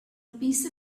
piece